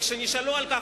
כשהם נשאלו על כך,